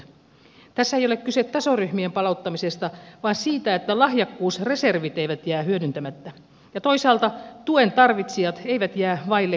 tässä ei ole kyse tasoryhmien palauttamisesta vaan siitä että lahjakkuusreservit eivät jää hyödyntämättä ja toisaalta tuen tarvitsijat eivät jää vaille kaipaamaansa tukea